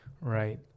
Right